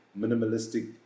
minimalistic